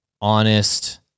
honest